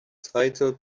title